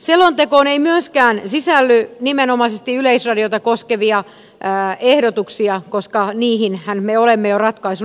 selontekoon ei myöskään sisälly nimenomaisesti yleisradiota koskevia ehdotuksia koska niihinhän me olemme jo ratkaisun etsineet